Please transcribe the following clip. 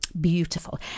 beautiful